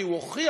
כי הוא הוכיח,